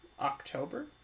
October